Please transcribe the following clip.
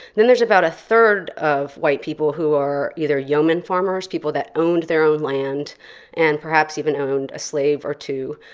then there's about a third of white people who are either yeoman farmers, people that owned their own land and perhaps even owned a slave or two,